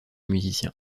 musiciens